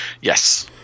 Yes